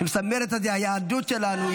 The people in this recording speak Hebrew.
היא מסמלת את היהדות שלנו,